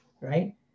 right